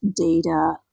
data